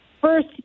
First